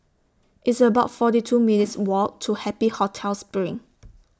It's about forty two minutes' Walk to Happy Hotel SPRING